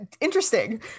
Interesting